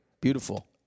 Beautiful